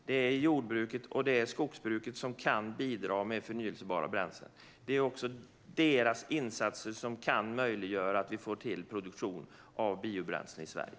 Det är jordbruket och skogsbruket som kan bidra med förnybara bränslen. Det är också deras insatser som kan möjliggöra produktion av biobränslen i Sverige.